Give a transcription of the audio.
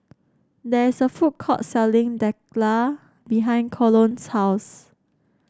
there is a food court selling Dhokla behind Colon's house